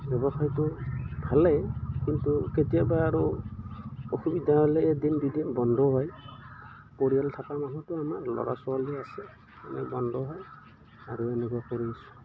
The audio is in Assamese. ব্যৱসায়টো ভালেই কিন্তু কেতিয়াবা আৰু অসুবিধা হ'লে এদিন দুদিন বন্ধ হয় পৰিয়াল থকা মানাহতো আমাৰ ল'ৰা ছোৱালী আছে বন্ধ হয় আৰু এনেকুৱা কৰি আছোঁ